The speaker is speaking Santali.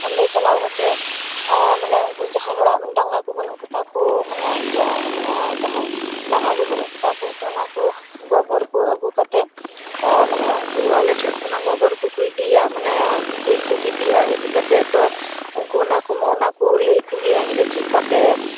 ᱚᱸᱰᱮ ᱪᱟᱞᱟᱣ ᱠᱟᱛᱮ ᱢᱟᱱᱮ ᱩᱱᱠᱩ ᱡᱟᱦᱟᱭ ᱦᱚᱲᱟᱜ ᱰᱟᱜᱟ ᱠᱚ ᱵᱟᱹᱱᱩᱜ ᱠᱚᱛᱟᱠᱚ ᱢᱟᱱᱮ ᱜᱮ ᱢᱟᱱᱮ ᱡᱟᱦᱟᱭ ᱰᱟᱝᱨᱟ ᱠᱚ ᱵᱟᱹᱱᱩᱜ ᱠᱚ ᱛᱟᱠᱚ ᱛᱳ ᱚᱱᱟ ᱠᱚ ᱜᱚᱵᱚᱨ ᱠᱚ ᱟᱹᱜᱩ ᱠᱟᱛᱮᱫ ᱢᱟᱱᱮ ᱩᱱᱠᱩ ᱟᱞᱮ ᱴᱷᱮᱱ ᱠᱷᱚᱱᱟᱜ ᱜᱚᱵᱚᱨ ᱠᱚ ᱠᱚ ᱤᱫᱤᱭᱟ ᱢᱟᱱᱮ ᱜᱩᱨᱤᱡ ᱠᱚ ᱠᱚ ᱤᱫᱤᱭᱟ ᱤᱫᱤ ᱠᱟᱛᱮᱫ ᱛᱳ ᱩᱱᱠᱩ ᱚᱱᱟ ᱠᱚ ᱚᱱᱟ ᱠᱚ ᱞᱟᱹᱭ ᱟᱠᱩ ᱜᱮᱭᱟᱹᱧ ᱪᱤᱫᱠᱟᱯᱮ